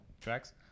tracks